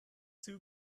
two